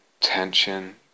tension